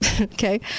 Okay